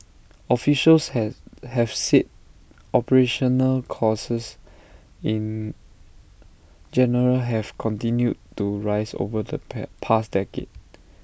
officials has have said operational costs in general have continued to rise over the pa past decade